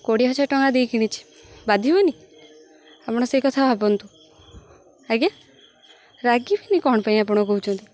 କୋଡ଼ିଏ ହଜାର ଟଙ୍କା ଦେଇ କିଣିଛିି ବାଧିବନି ଆପଣ ସେଇ କଥା ଭାବନ୍ତୁ ଆଜ୍ଞା ରାଗିବିନି କ'ଣ ପାଇଁ ଆପଣ କହୁଛନ୍ତି